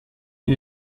ihn